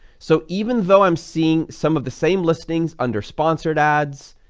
so even though i'm seeing some of the same listings under sponsored ads,